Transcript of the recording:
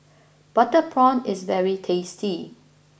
Butter Prawn is very tasty